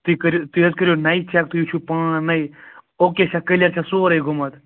تُہۍ کٔرِو تُہۍ حظ کٔرِو نَیہِ چیٚک تُہۍ وُچھُو پانٕے او کے چھا کٔلیر چھا سورُے گوٚمُت